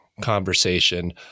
conversation